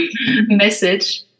message